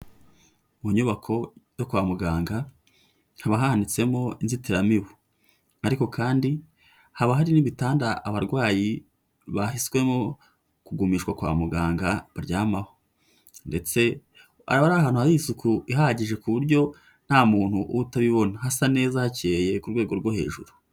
Mu nyubako zo kwa muganga haba hanitsemo inzitiramibu, ariko kandi haba hari n'ibitanda abarwayi bahiswemo kugumishwa kwa muganga baryamaho, ndetse aba ari ahantu hari isuku ihagije ku buryo nta muntu utabibona, hasa neza hakeye ku rwego rwo hejuru.